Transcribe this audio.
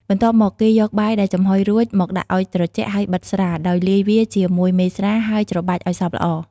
បន្ទាប់មក គេយកបាយដែលចំហុយរួចមកដាក់ឱ្យត្រជាក់ ហើយ បិតស្រា ដោយលាយវាជាមួយមេស្រា ហើយច្របាច់ឱ្យសព្វល្អ។